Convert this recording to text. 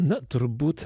na turbūt